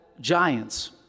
giants